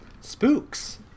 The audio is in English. spooks